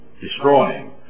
destroying